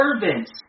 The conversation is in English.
Servants